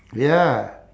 ya